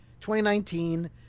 2019